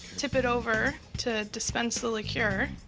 tip it over to dispense the liqueur.